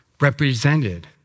represented